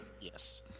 Yes